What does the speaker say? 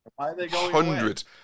hundreds